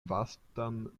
vastan